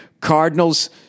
Cardinals